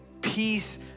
peace